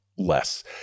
Less